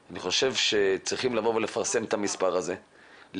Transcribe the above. אני חושב שצריכים לפרסם את המספר הזה,